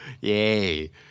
Yay